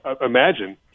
imagine